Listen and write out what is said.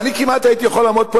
אני כמעט הייתי יכול לעמוד פה,